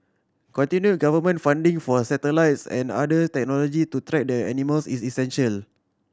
continue government funding for satellites and other technology to track the animals is essential